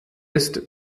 ist